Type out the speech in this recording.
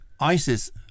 ISIS